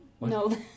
No